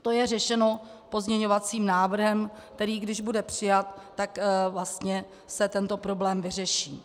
To je řešeno pozměňovacím návrhem, který když bude přijat, tak vlastně se tento problém vyřeší.